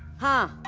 hi,